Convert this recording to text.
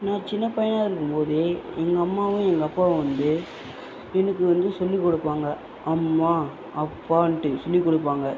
நான் சின்ன பையனாக இருக்கும் போதே எங்கள் அம்மாவும் எங்கள் அப்பாவும் வந்து எனக்கு வந்து சொல்லி கொடுப்பாங்க அம்மா அப்பான்ட்டு சொல்லி கொடுப்பாங்க